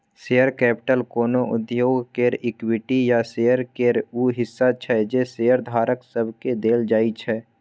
share capital कोनो उद्योग केर इक्विटी या शेयर केर ऊ हिस्सा छै जे शेयरधारक सबके देल जाइ छै